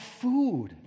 food